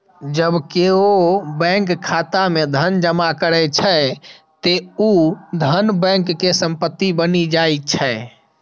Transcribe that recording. जब केओ बैंक खाता मे धन जमा करै छै, ते ऊ धन बैंक के संपत्ति बनि जाइ छै